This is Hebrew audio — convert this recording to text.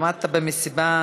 עמדת במשימה